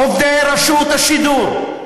עובדי רשות השידור,